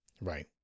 Right